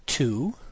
Two